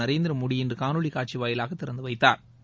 திருநரேந்திரமோடி இன்றுகாணொலிகாட்சிவாயிலாகதிறந்துவைத்தாா்